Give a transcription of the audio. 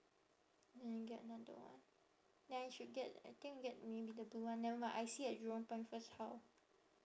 then I get another one then I should get I think get maybe the blue one never mind I see at jurong point first how